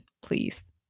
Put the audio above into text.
please